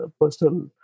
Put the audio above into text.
personal